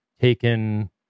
taken